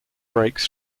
breaks